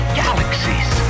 galaxies